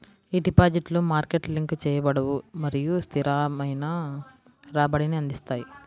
ఈ డిపాజిట్లు market link చేయబడవు మరియు స్థిరమైన రాబడిని అందిస్తాయి